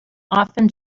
often